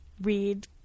read